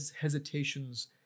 hesitations